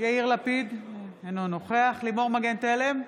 יאיר לפיד, אינו נוכח לימור מגן תלם,